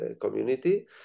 community